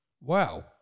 Wow